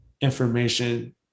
information